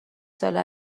ساله